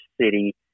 city